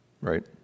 right